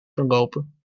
verlopen